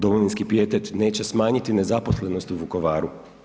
Domovinski pijetet neće smanjiti nezaposlenost u Vukovaru.